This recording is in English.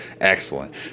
Excellent